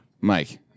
mike